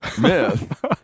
myth